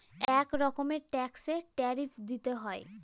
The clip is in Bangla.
এক রকমের ট্যাক্সে ট্যারিফ দিতে হয়